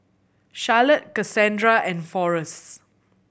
Charlotte Kasandra and Forests